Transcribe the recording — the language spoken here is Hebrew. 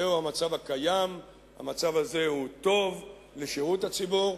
זהו המצב הקיים, המצב הזה הוא טוב לשירות הציבור,